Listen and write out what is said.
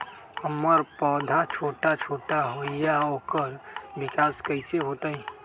हमर पौधा छोटा छोटा होईया ओकर विकास कईसे होतई?